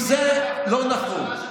אם זה לא נכון,